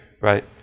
right